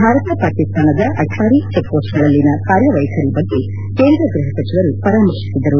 ಭಾರತ ಪಾಕಿಸ್ತಾನದ ಅಕಾರಿ ಚೆಕ್ಮೋಸ್ಗಳಲ್ಲಿ ಕಾರ್ಯವೈಖರಿ ಬಗ್ಗೆ ಕೇಂದ್ರ ಗೃಹ ಸಚಿವರು ಪರಾಮರ್ತಿಸಿದರು